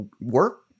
work